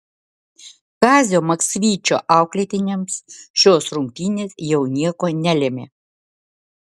kazio maksvyčio auklėtiniams šios rungtynės jau nieko nelėmė